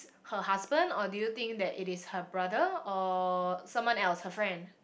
her husband or do you think that it is her brother or someone else her friend